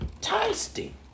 Tasty